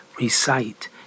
recite